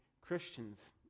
Christians